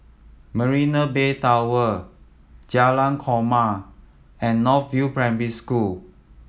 Marina Bay Tower Jalan Korma and North View Primary School